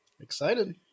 Excited